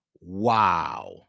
Wow